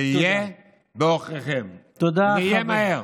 זה יהיה בעוכריכם, ויהיה מהר.